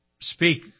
speak